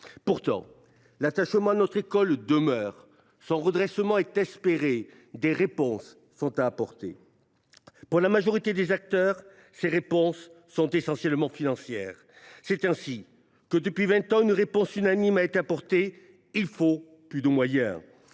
Pourtant, l’attachement à notre école demeure ; son redressement est espéré ; des réponses sont à apporter. Pour la majorité des acteurs, ces réponses sont essentiellement financières. C’est ainsi que, depuis vingt ans, une réponse unanime a été apportée : il faut plus de moyens.